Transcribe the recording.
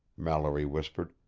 mallory whispered.